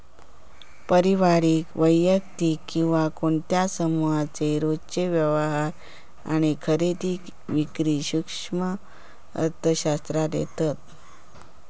पारिवारिक, वैयक्तिक किंवा कोणत्या समुहाचे रोजचे व्यवहार आणि खरेदी विक्री सूक्ष्म अर्थशास्त्रात येता